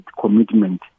commitment